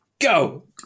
go